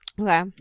Okay